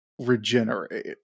Regenerate